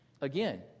again